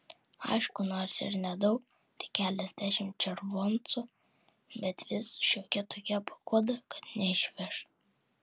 aišku nors ir nedaug tik keliasdešimt červoncų bet vis šiokia tokia paguoda kad neišveš